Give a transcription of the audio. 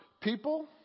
people